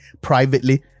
privately